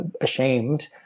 ashamed